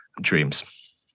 dreams